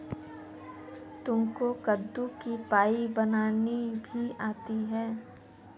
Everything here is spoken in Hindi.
तुमको कद्दू की पाई बनानी भी आती है?